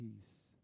peace